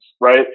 right